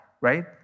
right